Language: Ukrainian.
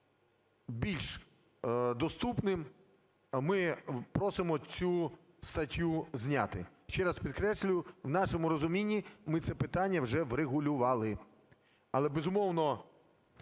більш доступним, ми просимо цю статтю зняти. Ще раз підкреслюю, в нашому розумінні ми це питання вже врегулювали. Але, безумовно,